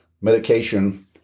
medication